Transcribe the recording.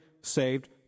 saved